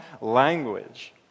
language